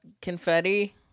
confetti